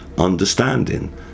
understanding